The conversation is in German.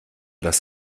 das